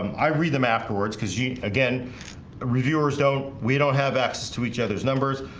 i read them afterwards because you again reviewers don't we don't have access to each other's numbers.